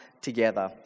together